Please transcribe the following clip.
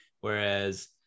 whereas